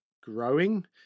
growing